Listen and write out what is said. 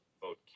vote